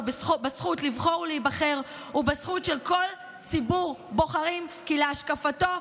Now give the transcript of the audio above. בזכות לבחור ולהיבחר ובזכות של כל ציבור בוחרים כי להשקפתו,